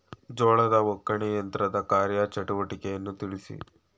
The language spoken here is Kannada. ಜೋಳದ ಒಕ್ಕಣೆ ಯಂತ್ರದ ಕಾರ್ಯ ಚಟುವಟಿಕೆಯನ್ನು ತಿಳಿಸಿ?